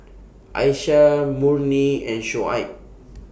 Aisyah Murni and Shoaib